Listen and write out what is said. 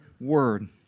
word